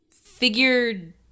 figured